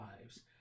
lives